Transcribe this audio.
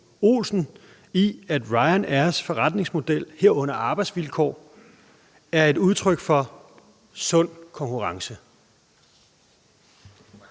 Olsen, i, at Ryanairs forretningsmodel, herunder arbejdsvilkår, er et udtryk for sund konkurrence?